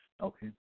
Okay